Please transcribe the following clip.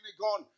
gone